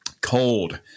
cold